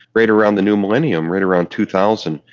right around the new millennium, right around two thousand.